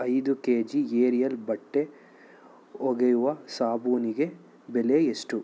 ಐದು K G Ariel ಬಟ್ಟೆ ಒಗೆಯುವ ಸಾಬೂನಿಗೆ ಬೆಲೆ ಎಷ್ಟು